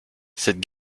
cette